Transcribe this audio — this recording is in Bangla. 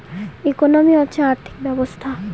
ইকোনমি হচ্ছে আর্থিক ব্যবস্থা